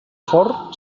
fort